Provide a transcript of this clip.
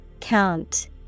Count